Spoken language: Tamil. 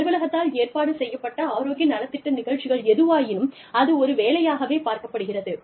அலுவலகத்தால் ஏற்பாடு செய்யப்பட்ட ஆரோக்கிய நலத்திட்ட நிகழ்ச்சிகள் எதுவாயினும் அது ஒரு வேலையாகவே பார்க்கப்படுகிறது